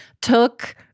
took